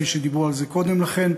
דיברו על זה קודם לכן.